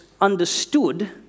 understood